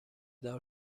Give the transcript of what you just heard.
دار